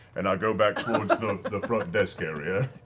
and i go back towards the front desk area.